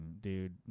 dude